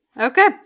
Okay